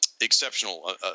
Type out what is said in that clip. exceptional